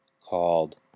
called